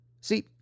See